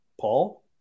Paul